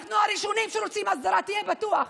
אנחנו הראשונים שרוצים הסדרה, תהיה בטוח.